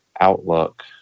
Outlook